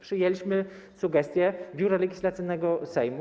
Przyjęliśmy sugestię Biura Legislacyjnego Sejmu.